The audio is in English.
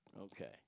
Okay